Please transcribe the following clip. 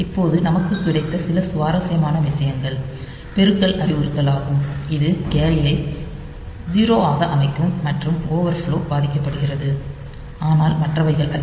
இப்போது நமக்கு கிடைத்த சில சுவாரஸ்யமான விஷயங்கள் பெருக்கல் அறிவுறுத்தலாகும் இது கேரியை 0 ஆக அமைக்கும் மற்றும் ஓவர் ஃப்லோ பாதிக்கப்படுகிறது ஆனால் மற்றவைகள் அல்ல